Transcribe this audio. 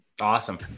Awesome